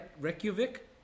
Reykjavik